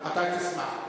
אני אשמח.